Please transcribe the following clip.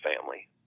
family